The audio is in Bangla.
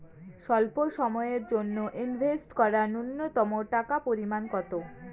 স্বল্প সময়ের জন্য ইনভেস্ট করার নূন্যতম টাকার পরিমাণ কত?